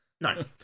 No